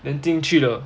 then 进去了